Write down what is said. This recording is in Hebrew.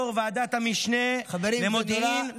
יו"ר ועדת המשנה למודיעין ושירותים חשאיים.